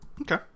Okay